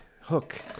hook